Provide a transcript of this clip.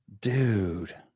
Dude